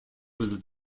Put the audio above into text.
was